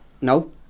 No